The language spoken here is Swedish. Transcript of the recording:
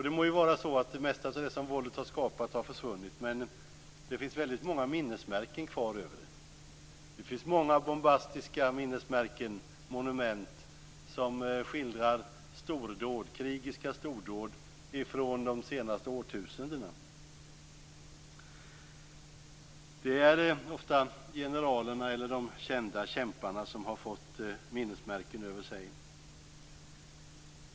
Det må ju vara så att det mesta av det som våldet har skapat har försvunnit. Men det finns väldigt många minnesmärken kvar över det. Det finns många bombastiska minnesmärken och monument som skildrar krigiska stordåd från de senaste årtusendena. Det är ofta generalerna eller de kända kämparna som har fått minnesmärken resta över sig.